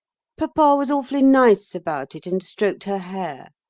papa was awfully nice about it and stroked her hair.